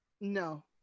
no